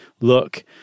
look